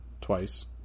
twice